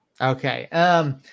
Okay